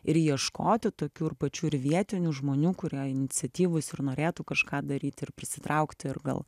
ir ieškoti tokių ir pačių ir vietinių žmonių kurie iniciatyvūs ir norėtų kažką daryti ir prisitraukti ir gal